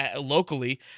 locally